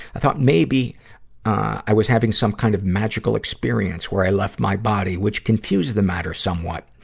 i thought maybe i was having some kind of magical experience, where i left my body, which confused the matter somewhat.